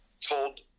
told